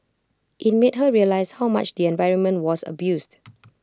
IT made her realise how much the environment was abused